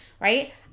right